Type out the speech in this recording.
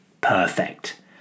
Perfect